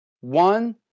one